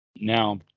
now